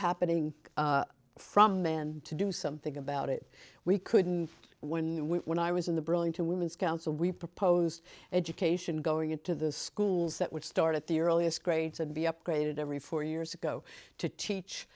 happening from man to do something about it we couldn't when we and i was in the burlington women's council we've proposed education going into the schools that would start at the earliest grades and be upgraded every four years ago to teach